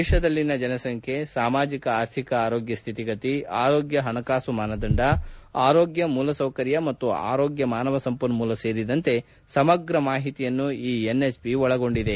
ದೇಶದಲ್ಲಿನ ಜನಸಂಖ್ಯೆ ಸಾಮಾಜಿಕ ಆರ್ಥಿಕ ಆರೋಗ್ಯ ಸ್ಹಿತಿಗತಿ ಆರೋಗ್ಯ ಹಣಕಾಸು ಮಾನದಂಡ ಆರೋಗ್ಯ ಮೂಲಸೌಕರ್ಯ ಮತ್ತು ಆರೋಗ್ಯ ಮಾನವ ಸಂಪನ್ಮೂಲ ಕುರಿತಂತೆ ಸಮಗ್ರ ಮಾಹಿತಿಯನ್ನು ಈ ಎನ್ಎಚ್ಪಿ ಒಳಗೊಂಡಿದೆ